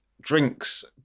drinks